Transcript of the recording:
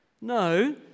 No